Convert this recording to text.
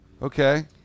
Okay